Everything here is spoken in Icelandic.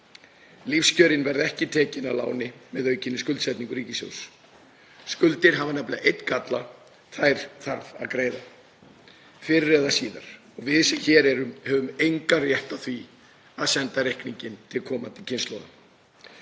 Lífskjörin verða ekki tekin að láni með aukinni skuldsetningu ríkissjóðs. Skuldir hafa nefnilega einn galla, þær þarf að greiða fyrr eða síðar, og við sem hér erum höfum engan rétt á því að senda reikninginn til komandi kynslóða.